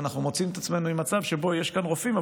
ואנחנו מוצאים את עצמנו במצב שבו יש כאן רופאים,